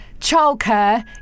childcare